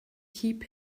keep